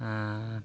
ᱟᱨ